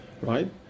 right